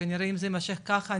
שכנראה אם זה יימשך ככה,